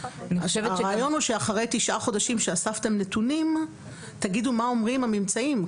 הרעיון הוא שאחרי תשעה חודשים שאספתם נתונים תגידו מה אומרים הממצאים.